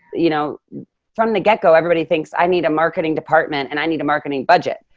you know from the get go, everybody thinks i need a marketing department and i need a marketing budget.